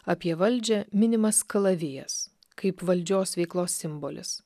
apie valdžią minimas kalavijas kaip valdžios veiklos simbolis